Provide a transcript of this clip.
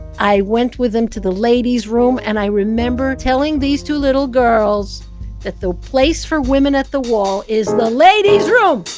i went with them to the ladies' room and i remember telling these two little girls that the place for women at the wall is the ladies room!